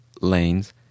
lanes